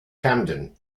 camden